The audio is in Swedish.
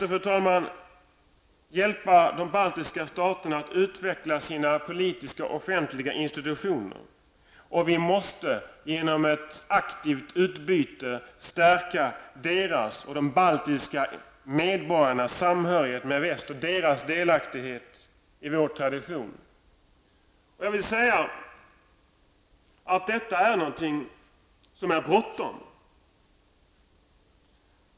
Vi måste hjälpa de baltiska staterna att utveckla sina politiska och offentliga institutioner. Vi måste med hjälp av ett aktivt utbyte stärka de baltiska medborgarnas samhörighet med väst och deras delaktighet i den västerländska traditionen. Det är bråttom.